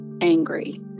angry